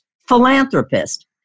philanthropist